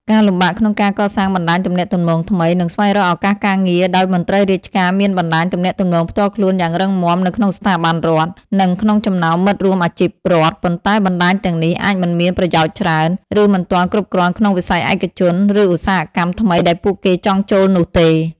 ការលំបាកក្នុងការកសាងបណ្តាញទំនាក់ទំនងថ្មី និងស្វែងរកឱកាសការងារដោយមន្ត្រីរាជការមានបណ្តាញទំនាក់ទំនងផ្ទាល់ខ្លួនយ៉ាងរឹងមាំនៅក្នុងស្ថាប័នរដ្ឋ និងក្នុងចំណោមមិត្តរួមអាជីពរដ្ឋ ប៉ុន្តែបណ្តាញទាំងនេះអាចមិនមានប្រយោជន៍ច្រើន ឬមិនទាន់គ្រប់គ្រាន់ក្នុងវិស័យឯកជន ឬឧស្សាហកម្មថ្មីដែលពួកគេចង់ចូលនោះទេ។